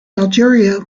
algeria